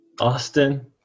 Austin